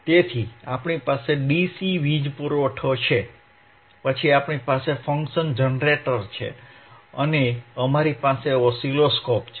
તેથી આપણી પાસે DC વીજ પુરવઠો છે પછી આપણી પાસે ફંકશન જનરેટર છે અને અમારી પાસે ઓસિલોસ્કોપ છે